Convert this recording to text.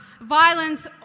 Violence